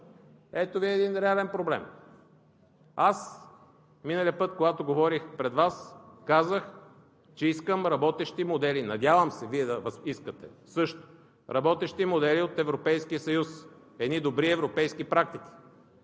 Ето Ви един реален проблем. Миналия път, когато говорих пред Вас, казах, че искам работещи модели. Надявам се Вие да искате също работещи модели от Европейския съюз, едни добри европейски практики.